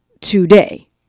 today